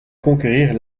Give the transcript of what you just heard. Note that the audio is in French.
conquérir